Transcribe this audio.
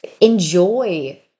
enjoy